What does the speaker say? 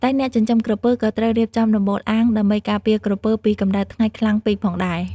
តែអ្នកចិញ្ចឹមក្រពើក៏ត្រូវរៀបចំដំបូលអាងដើម្បីការពារក្រពើពីកម្ដៅថ្ងៃខ្លាំងពេកផងដែរ។